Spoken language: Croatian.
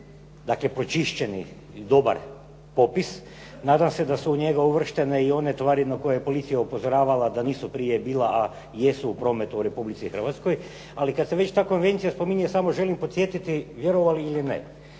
dakle, počišćeni i dobar popis. Nadam se da su u njega uvrštene i one tvari na koje je policija upozoravala da nisu prije bila a jesu u prometu u Republici Hrvatskoj. Ali kada se već ta konvencija spominje samo želim podsjetiti, vjerovali ili ne